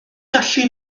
gallu